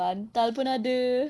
bantal pun ada